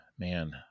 Man